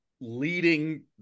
leading